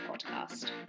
Podcast